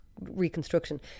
reconstruction